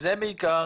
זה בעיקר.